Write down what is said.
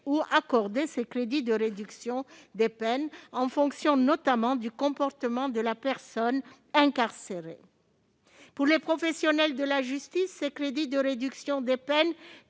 ou accorder des crédits de réduction des peines, en fonction notamment du comportement de la personne incarcérée. Pour les professionnels de la justice, ces crédits constituent